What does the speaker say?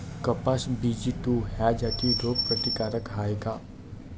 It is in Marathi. कपास बी.जी टू ह्या जाती रोग प्रतिकारक हाये का?